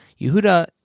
Yehuda